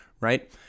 right